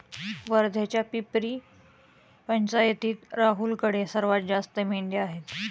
वर्ध्याच्या पिपरी पंचायतीत राहुलकडे सर्वात जास्त मेंढ्या आहेत